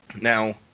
now